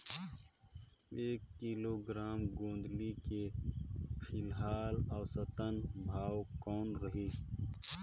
एक किलोग्राम गोंदली के फिलहाल औसतन भाव कौन रही?